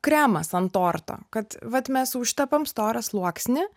kremas an torto kad vat mes užtepam storą sluoksnį